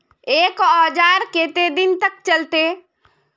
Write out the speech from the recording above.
एक औजार केते दिन तक चलते?